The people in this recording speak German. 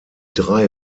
drei